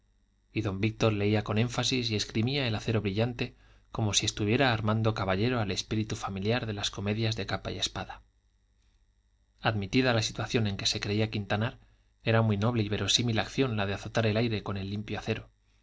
y don víctor leía con énfasis y esgrimía el acero brillante como si estuviera armando caballero al espíritu familiar de las comedias de capa y espada admitida la situación en que se creía quintanar era muy noble y verosímil acción la de azotar el aire con el limpio acero